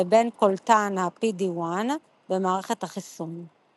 לבין קולטן ה-PD-1 במערכת החיסון.